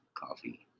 coffee